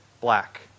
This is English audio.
black